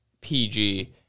PG